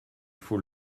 faut